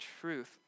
truth